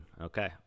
okay